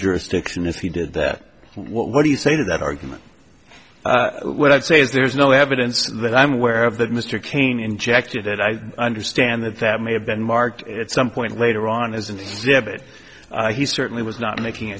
jurisdiction if he did that what do you say to that argument what i'd say is there's no evidence that i'm aware of that mr cain injected and i understand that that may have been marked at some point later on as an exhibit he certainly was not making